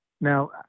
Now